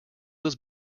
was